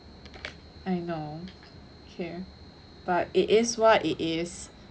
I know k but it is what it is